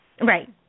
Right